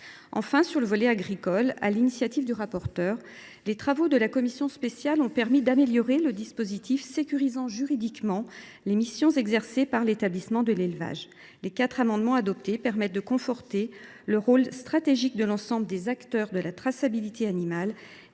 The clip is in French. Enfin, en matière agricole, sur l’initiative du rapporteur, les travaux de la commission spéciale ont permis d’améliorer le dispositif sécurisant juridiquement les missions exercées par les établissements d’élevage. Les quatre amendements adoptés en commission tendent à conforter le rôle stratégique de l’ensemble des acteurs de la traçabilité animale.